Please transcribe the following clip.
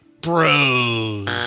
Bros